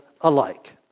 alike